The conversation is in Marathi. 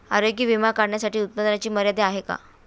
आरोग्य विमा काढण्यासाठी उत्पन्नाची मर्यादा आहे का?